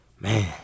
Man